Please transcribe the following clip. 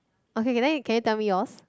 okay then can you tell me yours